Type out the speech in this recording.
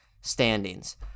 standings